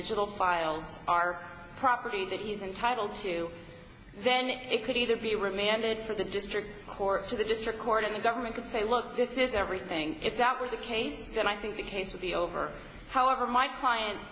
digital files are property that he's entitled to then it could either be remanded for the district court to the district court and the government could say look this is everything if that was the case then i think the case would be over however my client